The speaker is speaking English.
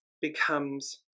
becomes